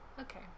Okay